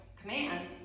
command